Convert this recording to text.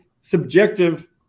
subjective